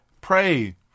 Pray